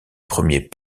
premiers